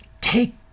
take